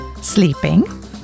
sleeping